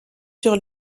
sur